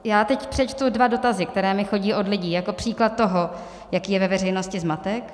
Já teď přečtu dva dotazy, které mi chodí od lidí, jako příklad toho, jaký je ve veřejnosti zmatek.